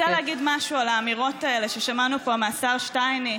אני רוצה להגיד משהו על האמירות האלה ששמענו פה מהשר שטייניץ,